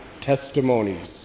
testimonies